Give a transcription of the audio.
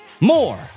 More